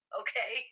okay